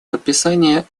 подписания